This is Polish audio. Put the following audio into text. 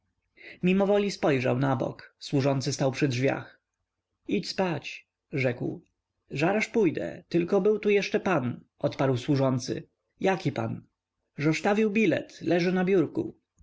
panowanie mimowoli spojrzał na bok służący stał przy drzwiach idź spać rzekł żaraż pójdę tylko był tu jeszcze pan odparł służący jaki pan żosztawił bilet leży na biurku